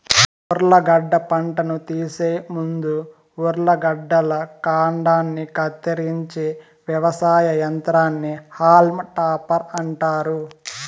ఉర్లగడ్డ పంటను తీసే ముందు ఉర్లగడ్డల కాండాన్ని కత్తిరించే వ్యవసాయ యంత్రాన్ని హాల్మ్ టాపర్ అంటారు